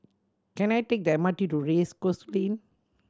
can I take the M R T to Race Course Lane